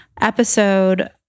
episode